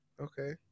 Okay